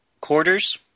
quarters